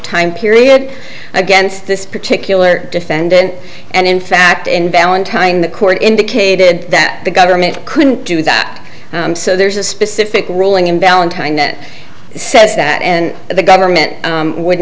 time period against this particular defendant and in fact in valentine the court indicated that the government couldn't do that so there's a specific ruling in valentine that says that and the government would